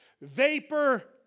Vapor